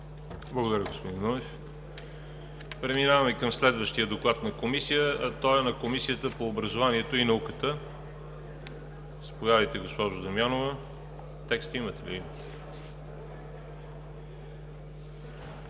Благодаря, господин Нунев. Преминаваме към следващия доклад от комисия, а той е на Комисията по образованието и науката. Заповядайте, госпожо Дамянова. ДОКЛАДЧИК